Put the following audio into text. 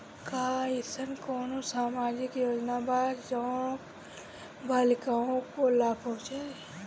का अइसन कोनो सामाजिक योजना बा जोन बालिकाओं को लाभ पहुँचाए?